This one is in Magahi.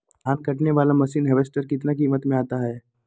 धान कटने बाला मसीन हार्बेस्टार कितना किमत में आता है?